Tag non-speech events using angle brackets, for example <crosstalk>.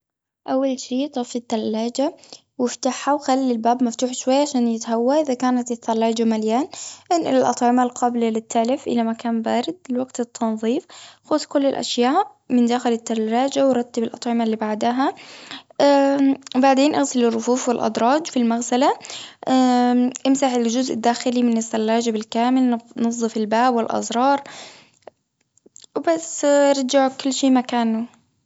أول شي طفي التلاجة وافتحها، وخلي الباب مفتوح شوية، عشان يتهوى. إذا كانت الثلاجة مليان، انقل الأطعمة القابلة للتلف، إلى مكان بارد لوقت التنظيف. خذ كل الأشياء من داخل التلاجة، ورتب الأطعمة اللي بعدها. <hesitation> بعدين اغسل الرفوف، والأدراج في المغسلة. <hesitation> إمسح الجزء الداخلي من الثلاجة بالكامل. نظف الباب والأزرار، <hesitation> وبس رجع كل شي مكانه.